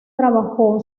trabajó